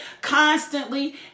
Constantly